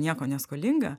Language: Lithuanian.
nieko neskolinga